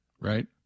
Right